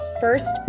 First